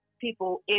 people